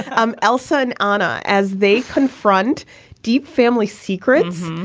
um elsa and ana, as they confront deep family secrets,